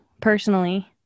personally